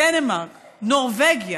דנמרק, נורבגיה,